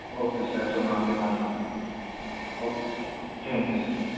okay sir تو میں آپ کے پاس آتا اوکے تھینک یو سر